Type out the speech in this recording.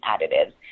additives